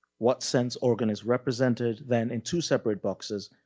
what sense organ is represented then in two separate boxes,